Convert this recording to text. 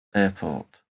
airport